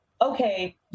okay